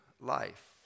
life